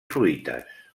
fruites